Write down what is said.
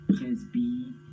Presby